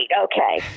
Okay